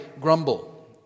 grumble